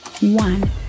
one